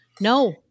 no